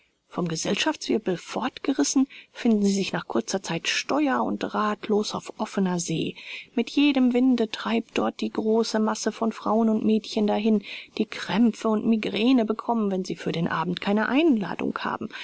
vom gesellschaftswirbel fortgerissen finden sie sich nach kurzer zeit steuer und rathlos auf offener see mit jedem winde treibt dort die große masse von frauen und mädchen dahin die krämpfe und migräne bekommen wenn sie für den abend keine einladung haben